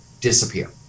disappear